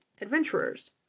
adventurers